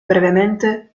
brevemente